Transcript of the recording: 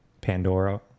Pandora